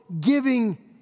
giving